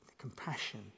compassion